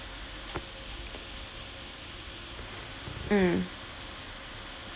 mm